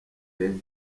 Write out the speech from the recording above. temple